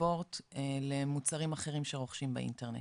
ספורט למוצרים אחרים שרוכשים באינטרנט.